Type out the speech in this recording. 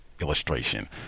illustration